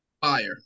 fire